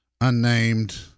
unnamed